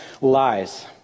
lies